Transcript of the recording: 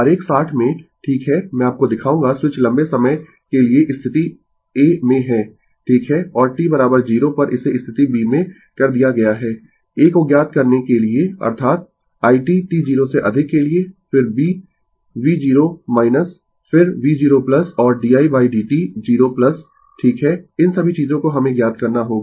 तो आरेख 60 में ठीक है मैं आपको दिखाऊंगा स्विच लंबे समय के लिए स्थिति a में है ठीक है और t 0 पर इसे स्थिति b में कर दिया गया है a को ज्ञात करने के लिए अर्थात i t t 0 से अधिक के लिए फिर b v0 फिर v0 और di dt 0 ठीक है इन सभी चीजों को हमें ज्ञात करना होगा